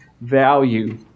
value